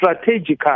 strategically